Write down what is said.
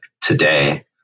today